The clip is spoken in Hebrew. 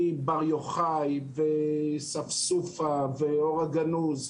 מבר יוחאי, ספסופה, אור הגנוז,